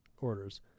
orders